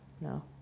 No